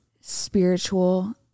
spiritual